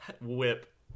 Whip